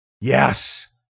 yes